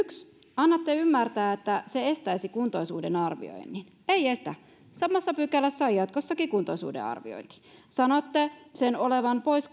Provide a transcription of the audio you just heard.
annatte ymmärtää että se estäisi kuntoisuuden arvioinnin ei estä samassa pykälässä on jatkossakin kuntoisuuden arviointi sanotte sen olevan pois